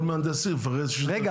כל מהנדס עיר מפחד --- רגע.